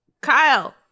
Kyle